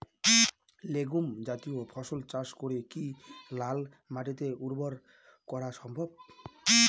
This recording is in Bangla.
লেগুম জাতীয় ফসল চাষ করে কি লাল মাটিকে উর্বর করা সম্ভব?